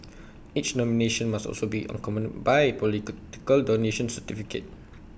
each nomination must also be accompanied by political donations certificate